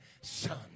Son